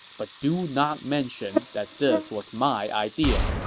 but do not mention that this was my idea.